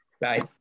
Bye